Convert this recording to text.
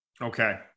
Okay